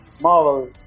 marvel